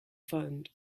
fund